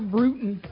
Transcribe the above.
Bruton